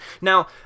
Now